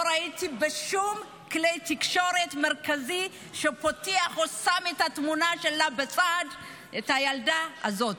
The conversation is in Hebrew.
לא ראיתי שום כלי תקשורת מרכזי שפותח או שם את התמונה של הילדה הזו בצד.